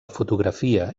fotografia